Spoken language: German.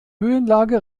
höhenlage